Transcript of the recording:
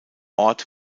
ort